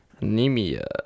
anemia